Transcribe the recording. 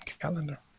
calendar